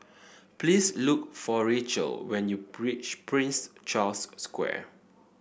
please look for Rachael when you reach Prince Charles Square